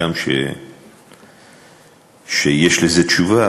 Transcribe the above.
הגם שיש לזה תשובה,